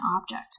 object